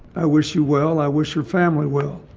i wish you well. i wish your family well.